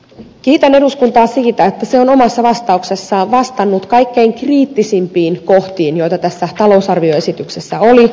kiitän eduskuntaa siitä että se on omassa vastauksessaan vastannut kaikkein kriittisimpiin kohtiin joita tässä talousarvioesityksessä oli